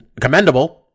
commendable